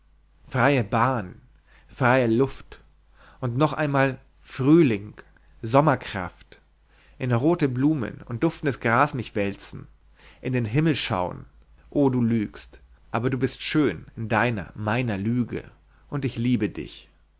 freie bahn freie luft und noch einmal frühling sommerkraft in rote blumen und duftendes gras mich wälzen in den himmel schauen o du lügst aber du bist schön in deiner meiner lüge und ich liebe dich